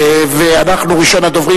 ראשון הדוברים,